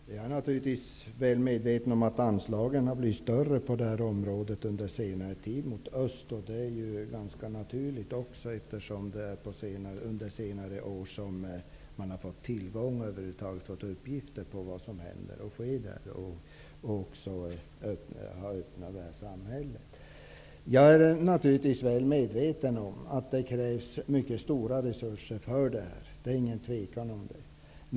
Herr talman! Jag är naturligtvis väl medveten om att anslagen för samarbete med öst på detta område har blivit större under senare tid. Det är ganska naturligt, eftersom det är först på senare år som man har fått tillgång till information, eller över huvud taget uppgifter om vad som händer och sker där, i och med att samhället har öppnats. Det krävs mycket stora resurser för detta. Det råder inget tvivel om det.